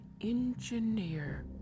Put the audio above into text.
engineer